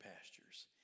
pastures